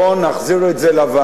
בוא נחזיר את זה לוועדה,